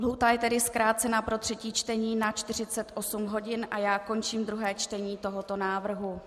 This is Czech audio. Lhůta je tedy zkrácena pro třetí čtení na 48 hodin a já končím a druhé čtení tohoto návrhu.